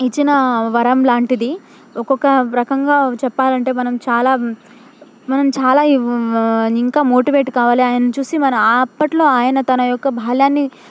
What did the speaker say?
ఇచ్చిన వరం లాంటిది ఒక్కొక్క రకంగా చెప్పాలంటే మనం చాలా మనం చాలా ఇ వ్వా ఇంకా మోటివేట్ కావాలి ఆయన్నీ చూసి మన ఆప్పట్లో ఆయన తన యొక్క బాల్యాన్ని